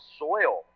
soil